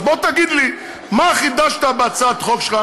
אז בוא תגיד לי מה חידשת בהצעת החוק שלך